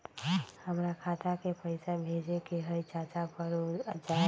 हमरा खाता के पईसा भेजेए के हई चाचा पर ऊ जाएत?